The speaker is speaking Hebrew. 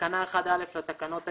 תיקון תקנה 1א בתקנה 1א לתקנות העיקריות,